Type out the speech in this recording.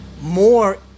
more